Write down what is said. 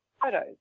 photos